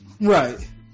Right